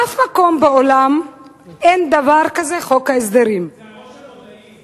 באף מקום בעולם אין דבר כזה "חוק ההסדרים" זה הראש היהודי,